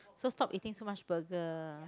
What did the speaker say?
so stop eating so much burger